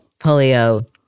polio